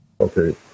Okay